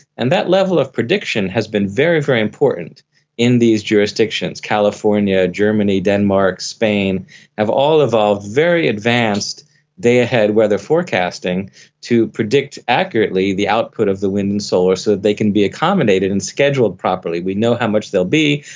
and that level of prediction has been very, very important in these jurisdictions. california, germany, denmark, spain have all evolved very advanced day-ahead weather forecasting to predict accurately the output of the wind and solar so that they can be accommodated and scheduled properly. we know how much they will be,